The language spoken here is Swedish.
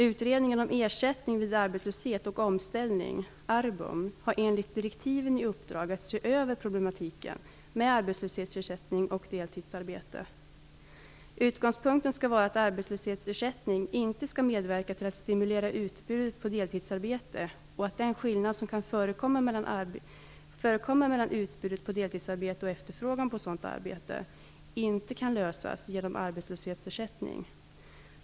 Utredningen om ersättning vid arbetslöshet och omställning har enligt direktiven i uppdrag att se över problematiken med arbetslöshetsersättning och deltidsarbete. Utgångspunkten skall vara att arbetslöshetsersättning inte skall medverka till att stimulera utbudet på deltidsarbete och att den skillnad som kan förekomma mellan utbudet på deltidsarbete och efterfrågan på sådant arbete inte kan lösas genom arbetslöshetsersättning.